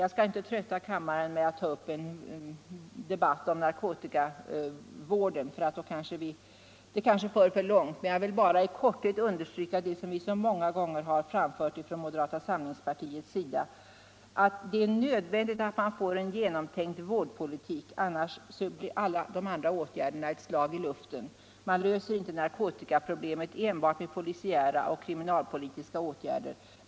Jag skall inte trötta kammarens ledamöter med att ta upp en debatt om narkotikavården — det skulle kanske föra för långt — men jag vill bara i korthet understryka det vi från moderata samlingspartiet så många gånger framfört, nämligen att det är nödvändigt att få till stånd en genomtänkt vårdpolitik. Annars blir alla andra åtgärder ett slag i luften. Man löser inte narkotikaproblemet enbart med polisiära och kriminalpolitiska åtgärder.